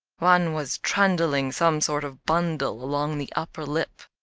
one was trundling some sort of bundle along the upper lip.